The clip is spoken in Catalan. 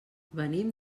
venim